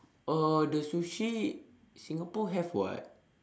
uh the sushi singapore have [what]